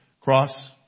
cross